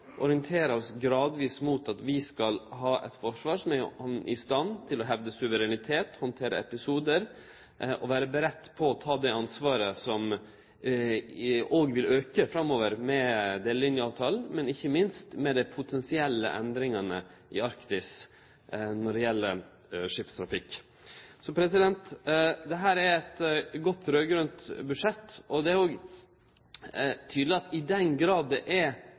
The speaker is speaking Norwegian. orienterer oss gradvis mot at vi skal ha eit forsvar som er i stand til å hevde suverenitet, handtere episodar og vere klar til å ta det ansvaret som vil auke framover med delelinjeavtalen, men ikkje minst er dei potensielle endringane i Arktis når det gjeld skipstrafikk, viktige. Dette er eit godt raud-grønt budsjett, og det er òg tydeleg at i den grad det er